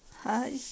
Hi